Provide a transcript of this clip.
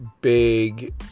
big